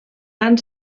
han